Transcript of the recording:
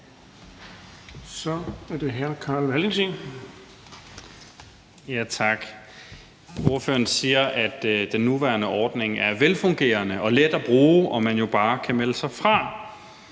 Kl. 20:12 Carl Valentin (SF): Tak. Ordføreren siger, at den nuværende ordning er velfungerende og let at bruge, og at man jo bare kan melde sig fra.